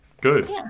Good